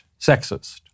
sexist